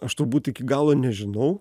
aš turbūt iki galo nežinau